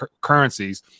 currencies